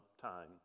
time